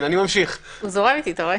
הוא זורם איתי, אתה רואה?